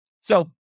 So-